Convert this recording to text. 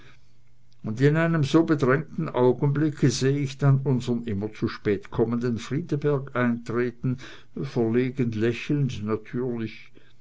und in einem so bedrängten augenblicke seh ich dann unseren immer zu spät kommenden friedeberg eintreten verlegen lächelnd natürlich